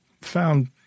found